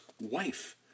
wife